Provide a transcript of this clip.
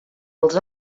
els